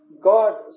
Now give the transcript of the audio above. God